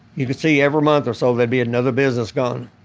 you could see every month or so there'd be another business gone.